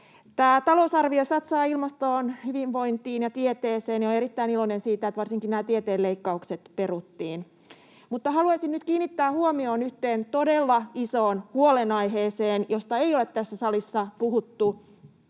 Tämä talousarvio satsaa ilmastoon, hyvinvointiin ja tieteeseen, ja olen erittäin iloinen siitä, että varsinkin nämä tieteen leikkaukset peruttiin. Haluaisin nyt kiinnittää huomion yhteen todella isoon huolenaiheeseen, josta ei ole tässä salissa puhuttu